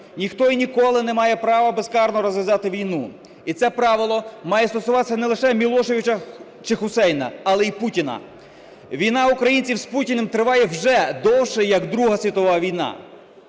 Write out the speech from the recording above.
Ніхто і ніколи немає права безкарно розв'язати війну. І це правило має стосуватися не лише Мілошевича чи Хусейна, але і Путіна. Війна українців з Путіним триває вже довше як Друга світова війна.